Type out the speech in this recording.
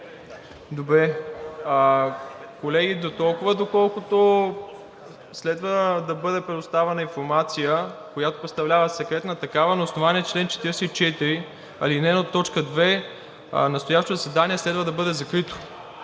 ИВАНОВ: Колеги, дотолкова, доколкото следва да бъде предоставена информация, която представлява секретна такава, на основание чл. 44, ал. 1, т. 2 настоящото заседание следва да бъде закрито.